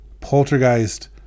Poltergeist